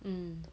mm